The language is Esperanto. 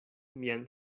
mian